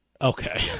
Okay